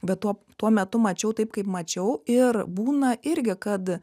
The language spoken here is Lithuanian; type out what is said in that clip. bet tuo tuo metu mačiau taip kaip mačiau ir būna irgi kad